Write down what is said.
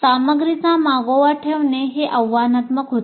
सामग्रीचा मागोवा ठेवणे हे आव्हानात्मक होते